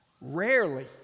Rarely